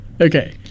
Okay